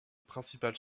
principal